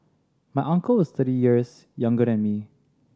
my uncle is thirty years younger than me